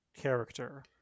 character